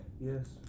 Yes